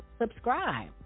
subscribe